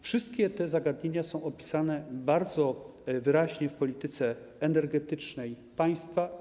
Wszystkie te zagadnienia są opisane bardzo dokładnie w polityce energetycznej państwa.